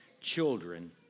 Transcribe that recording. Children